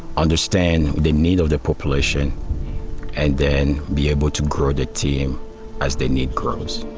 understand the need of the population and then be able to grow the team as the need grows.